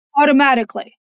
Automatically